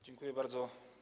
Dziękuję bardzo.